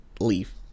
leave